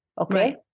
Okay